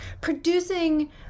producing